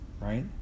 Right